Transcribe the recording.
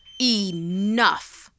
Enough